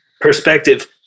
perspective